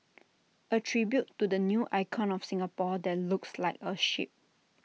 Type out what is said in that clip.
A tribute to the new icon of Singapore that looks like A ship